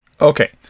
Okay